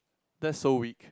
that's so weak